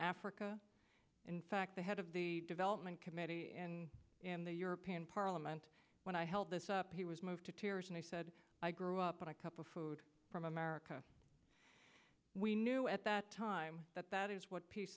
africa in fact the head of the development committee and in the european parliament when i held this up he was moved to tears and he said i grew up on a couple food from america we knew at that time that that is what peace